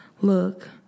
Look